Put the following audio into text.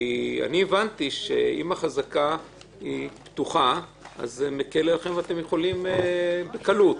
כי אני הבנתי שאם החזקה פתוחה זה מקל עליכם ואתם יכולים בקלות.